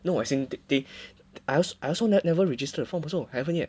no as in they I also I also never registered the form also I haven't yet